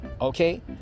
okay